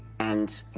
and.